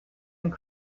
and